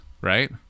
right